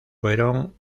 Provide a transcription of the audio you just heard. fueron